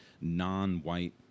non-white